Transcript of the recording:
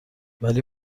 ولی